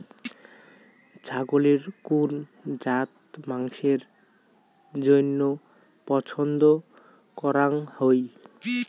ছাগলের কুন জাত মাংসের জইন্য পছন্দ করাং হই?